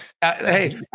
Hey